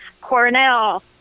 Cornell